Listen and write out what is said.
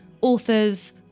authors